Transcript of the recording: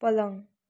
पलङ